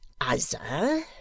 other